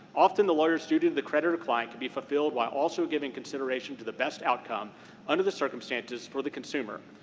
often the lawyer's duty to the creditor client can be fulfilled while also giving consideration to the best outcome under the circumstances for the consumer.